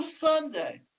Sunday